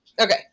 Okay